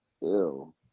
Ew